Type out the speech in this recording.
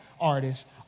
artists